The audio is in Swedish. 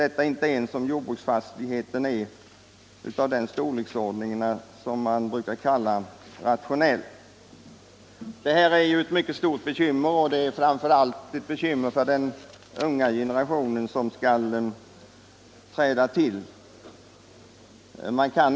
Detta är inte möjligt ens om jordbruksfastigheten är av den storleksordning som man brukar kalla rationell. Detta är ett allvarligt bekymmer, framför allt för den unga generationen som skall träda till.